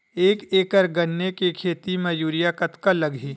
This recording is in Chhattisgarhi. एक एकड़ गन्ने के खेती म यूरिया कतका लगही?